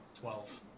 Twelve